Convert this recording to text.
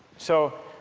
so,